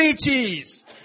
cheese